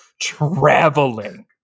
traveling